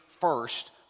first